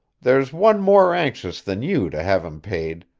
there's one more anxious than you to have em paid,